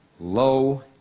low